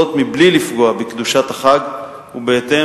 זאת מבלי לפגוע בקדושת החג ובהתאם